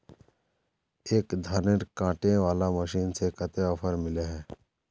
एक धानेर कांटे वाला मशीन में कते ऑफर मिले है?